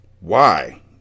Why